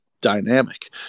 dynamic